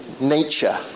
nature